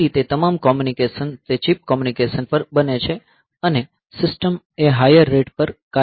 તે રીતે તમામ કોમ્યુનિકેશન તે ચિપ કોમ્યુનિકેશન પર બને છે અને સિસ્ટમ એ હાઈર રેટ પર કાર્ય કરે છે